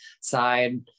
side